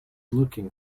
looking